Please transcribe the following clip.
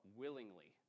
willingly